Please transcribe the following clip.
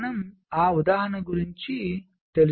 మనం ఆ ఉదాహరణ గురించి తెలుసుకుందాం